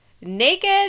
naked